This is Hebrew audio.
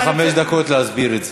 יש לך חמש דקות להסביר את זה.